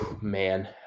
Man